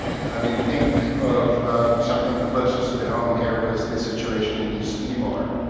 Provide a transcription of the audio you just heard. i mean think of something closer to home here, was the situation in east timor.